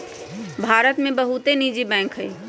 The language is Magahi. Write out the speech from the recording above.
भारत में बहुते निजी बैंक हइ